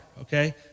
Okay